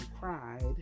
cried